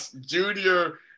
junior